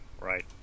Right